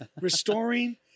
restoring